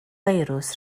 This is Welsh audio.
firws